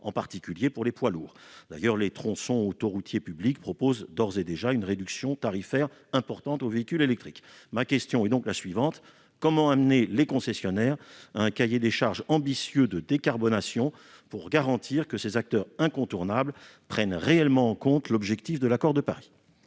en particulier pour les poids lourds. Sur les tronçons autoroutiers publics, une réduction tarifaire importante est d'ores et déjà proposée aux véhicules électriques. Ma question est donc la suivante : comment amener les concessionnaires à un cahier des charges ambitieux de décarbonation pour garantir que ces acteurs incontournables prennent réellement en compte l'objectif de l'accord de Paris ?